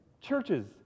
churches